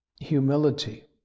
Humility